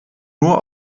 nur